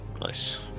Nice